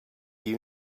you